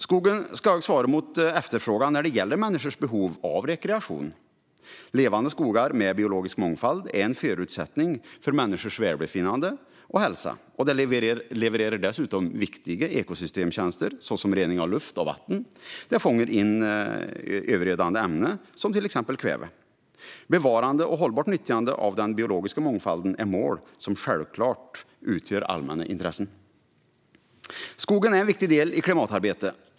Skogen ska också svara mot efterfrågan när det gäller människors behov av rekreation. Levande skogar med biologisk mångfald är en förutsättning för människors välbefinnande och hälsa och levererar dessutom viktiga ekosystemtjänster, såsom rening av luft och vatten och infångning av övergödande ämnen som exempelvis kväve. Bevarande och hållbart nyttjande av den biologiska mångfalden är mål som självklart utgör allmänna intressen. Skogen är en viktig del i klimatarbetet.